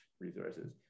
resources